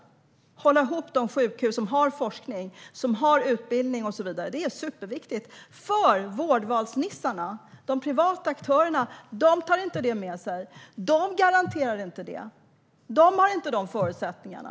Det är superviktigt att hålla ihop de sjukhus som har forskning, utbildning och så vidare, för vårdvalsnissarna, de privata aktörerna, garanterar inte det och har inte de förutsättningarna.